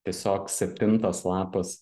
tiesiog septintas lapas